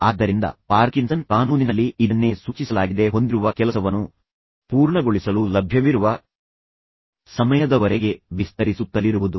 ಆದ್ದರಿಂದ Parkinson Parkinson's ಕಾನೂನಿನಲ್ಲಿ ಇದನ್ನೇ ಸೂಚಿಸಲಾಗಿದೆ ನೀವು ಹೊಂದಿರುವ ಕೆಲಸವನ್ನು ಅದನ್ನು ಪೂರ್ಣಗೊಳಿಸಲು ಲಭ್ಯವಿರುವ ಸಮಯದವರೆಗೆ ವಿಸ್ತರಿಸುತ್ತಲಿರುವುದು